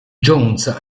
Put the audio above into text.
jones